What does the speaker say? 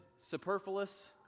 superfluous